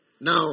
Now